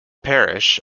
parish